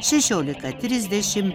šešiolika trisdešimt